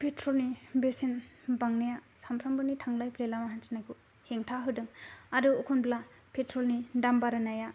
पेट्रलनि बेसेन बांनाया सामफ्रामबो थांलाय फैलाय लामा हान्थिनांगौ आव हेंथा होदों आरो एखनब्ला पेट्रलनि दाम बारायनाया